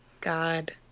God